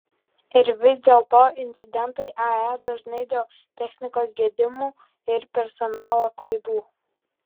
ir vis dėlto incidentai ae dažni dėl technikos gedimų ir personalo klaidų